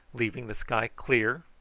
leaving the sky clear,